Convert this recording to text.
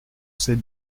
ces